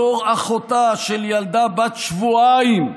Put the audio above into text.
בתור אחותה של ילדה בת שבועיים,